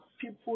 people